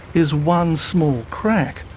is one small crack,